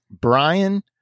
Brian